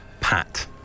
Pat